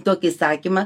tokį įsakymą